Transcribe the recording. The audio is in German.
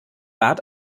bat